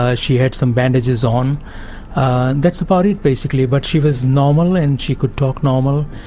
ah she had some bandages on. and that's about it basically, but she was normal, and she could talk normal.